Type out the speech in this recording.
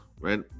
right